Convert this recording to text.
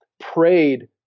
prayed